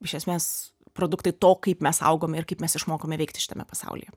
iš esmės produktai to kaip mes augome ir kaip mes išmokome veikti šitame pasaulyje